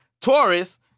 Taurus